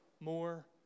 more